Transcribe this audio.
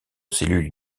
cellule